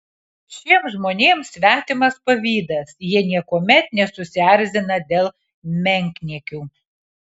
šiems žmonėms svetimas pavydas jie niekuomet nesusierzina dėl menkniekių